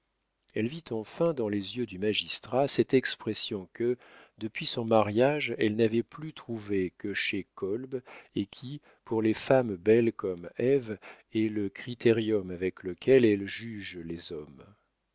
elle vit enfin dans les yeux du magistrat cette expression que depuis son mariage elle n'avait plus trouvée que chez kolb et qui pour les femmes belles comme ève est le criterium avec lequel elles jugent les hommes